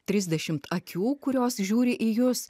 trisdešimt akių kurios žiūri į jus